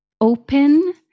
open